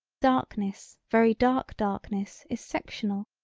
darkness very dark darkness is sectional.